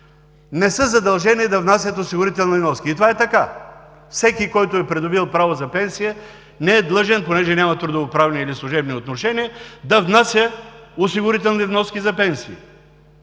не са задължени да внасят осигурителни вноски. И това е така. Всеки, който е придобил право за пенсия, не е длъжен, понеже няма трудовоправни или служебни отношения, да внася осигурителни вноски за пенсии.